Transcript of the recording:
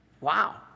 Wow